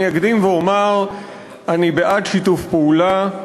אני אקדים ואומר: אני בעד שיתוף פעולה.